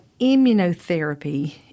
immunotherapy